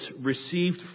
received